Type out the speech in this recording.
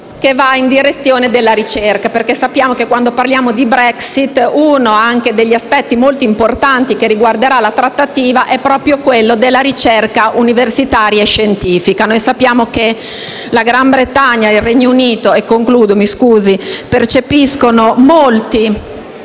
che vada in direzione della ricerca, perché sappiamo che quando parliamo di Brexit uno degli aspetti molto importanti che riguarderà la trattativa è proprio quello della ricerca universitaria e scientifica. Sappiamo che il Regno Unito, e in particolare la Gran Bretagna, percepiscono molti